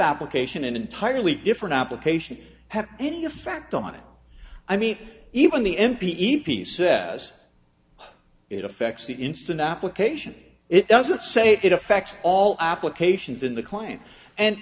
application an entirely different application have any effect on it i mean even the m p e piece says it affects the instant application it doesn't say it affects all applications in the client and